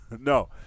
No